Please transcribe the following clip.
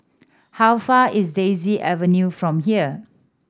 how far is Daisy Avenue from here